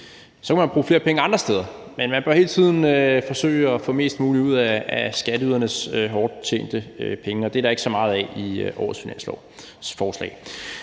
Så kunne man bruge flere penge andre steder, men man bør hele tiden forsøge at få mest muligt ud af skatteydernes hårdt tjente penge, og det er der ikke så meget af årets finanslovsforslag.